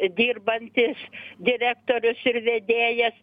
dirbantis direktorius ir vedėjas